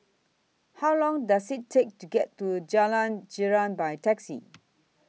How Long Does IT Take to get to Jalan Girang By Taxi